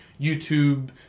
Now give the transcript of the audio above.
YouTube